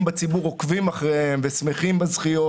בציבור עוקבים אחריהן ושמחים בזכיות.